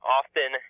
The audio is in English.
often